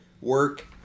work